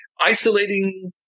Isolating